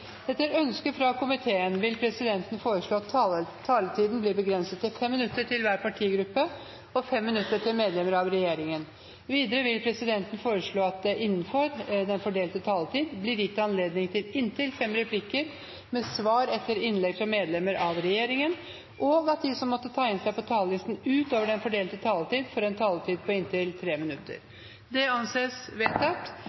Etter ønske fra finanskomiteen vil presidenten foreslå at taletiden blir begrenset til 5 minutter til hver partigruppe og 5 minutter til medlemmer av regjeringen. Videre vil presidenten foreslå at det – innenfor den fordelte taletid – blir gitt anledning til inntil fem replikker med svar etter innlegg fra medlemmer av regjeringen, og at de som måtte tegne seg på talerlisten utover den fordelte taletid, får en taletid på inntil